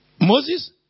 Moses